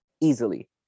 easily